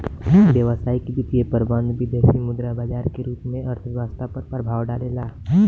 व्यावसायिक वित्तीय प्रबंधन विदेसी मुद्रा बाजार के रूप में अर्थव्यस्था पर प्रभाव डालेला